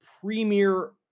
premier